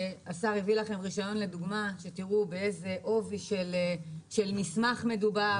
השר הביא לכם רישיון לדוגמה כדי שתראו באיזה עובי של מסמך מדובר.